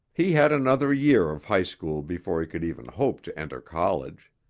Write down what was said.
he had another year of high school before he could even hope to enter college.